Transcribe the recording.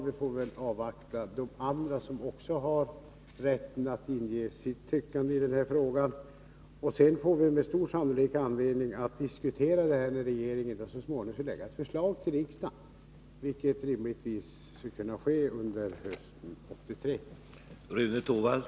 Vi får väl avvakta och vänta på de andra som också har rätten att ge sin mening till känna i den här frågan. Sedan får vi med stor sannolikhet anledning att diskutera det här när regeringen så småningom skall lägga fram ett förslag till riksdagen, vilket rimligtvis skall kunna ske under hösten 1983.